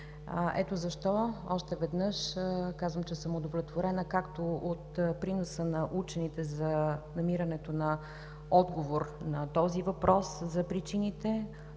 Ето защо още веднъж казвам, че съм удовлетворена както от приноса на учените за намирането на отговор на този въпрос, за причините,